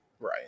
Right